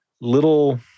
little